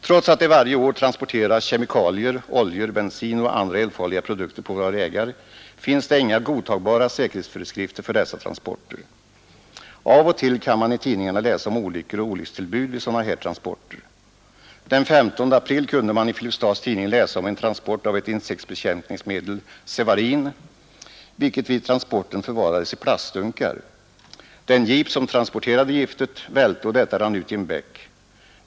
Trots att det varje år transporteras kemikalier, oljor, bensin och andra eldfarliga produkter på våra vägar, finns det inga godtagbara säkerhetsföreskrifter för dessa transporter. Av och till kan man i tidningarna läsa om olyckor och olyckstillbud vid sådana här transporter. Den 15 april kunde man i Filipstads Tidning läsa om en transport av ett insektsbekämpningsmedel, Svarin, vilket vid transporten förvarades i plastdunkar. Den jeep som transporterade giftet välte, och detta rann ut i en bäck.